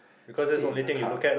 sit in the car